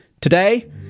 Today